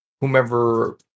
whomever